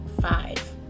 five